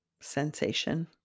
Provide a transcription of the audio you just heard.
sensation